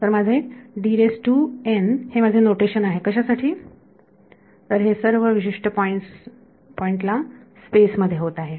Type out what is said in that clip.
तर माझे हे माझे नोटेशन आहे कशासाठी तर हे सर्व विशिष्ट पॉइंट ला स्पेस मध्ये होत आहे